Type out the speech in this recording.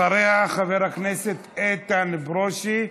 אחריה, חבר הכנסת איתן ברושי,